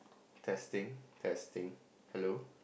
testing testing hello